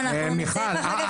לפני רגע,